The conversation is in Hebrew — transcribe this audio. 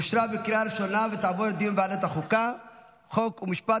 לוועדת החוקה, חוק ומשפט